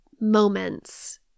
moments